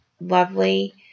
lovely